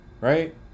right